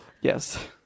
Yes